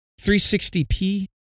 360p